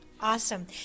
Awesome